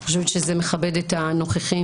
אני חושבת שזה מכבד את הנוכחים,